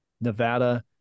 Nevada